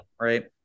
right